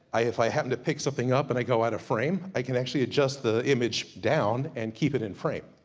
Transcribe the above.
if i happen to pick something up and i go out of frame, i can actually adjust the image down and keep it in frame.